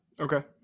Okay